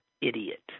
idiot